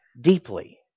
deeply